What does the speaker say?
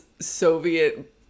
Soviet